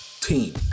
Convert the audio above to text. team